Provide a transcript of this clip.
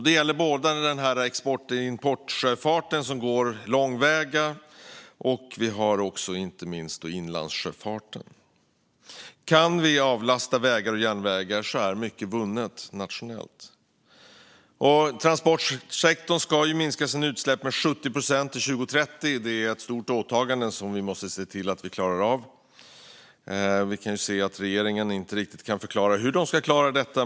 Det gäller både export och importsjöfarten, som går långväga, och inte minst inlandssjöfarten. Kan vi avlasta vägar och järnvägar nationellt är mycket vunnet. Transportsektorn ska minska sina utsläpp med 70 procent till 2030. Det är ett stort åtagande som vi måste se till att vi klarar av. Regeringen kan inte riktigt förklara hur den ska klara detta.